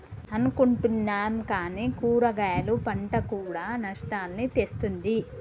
అనుకుంటున్నాం కానీ కూరగాయలు పంట కూడా నష్టాల్ని తెస్తుంది